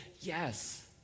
yes